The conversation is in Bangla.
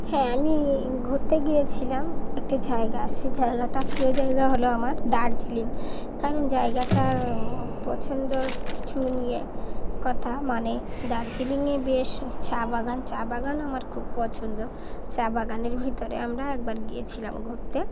হ্যাঁ আমি ঘুরতে গিয়েছিলাম একটি জায়গা সেই জায়গাটা প্রিয় জায়গা হলো আমার দার্জিলিং কারণ জায়গাটার পছন্দের কিছু নিয়ে কথা মানে দার্জিলিংয়ে বেশ চা বাগান চা বাগান আমার খুব পছন্দ চা বাগানের ভিতরে আমরা একবার গিয়েছিলাম ঘুরতে